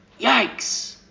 Yikes